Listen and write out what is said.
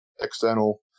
external